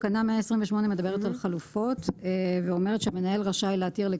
תקנה 128 מדברת על חלופות שהמנהל צריך לאשר.